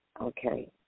Okay